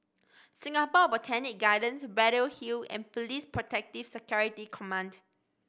Singapore Botanic Gardens Braddell Hill and Police Protective Security Command